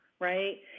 Right